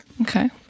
Okay